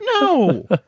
No